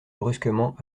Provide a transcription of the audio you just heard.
brusquement